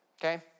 okay